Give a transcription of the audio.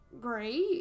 Great